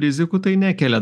rizikų tai nekelia